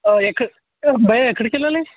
ఎక్క భయ్యా ఎక్కడికి వెళ్ళాలి